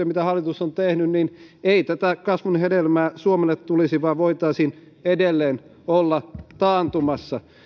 mitä hallitus on tehnyt ei tätä kasvun hedelmää suomelle tulisi vaan voitaisiin edelleen olla taantumassa